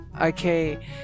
Okay